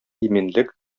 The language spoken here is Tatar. иминлек